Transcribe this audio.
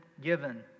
given